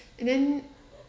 and then